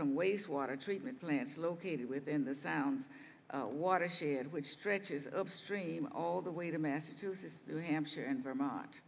from wastewater treatment plants located within the sound watershed which stretches upstream all the way to massachusetts new hampshire and vermont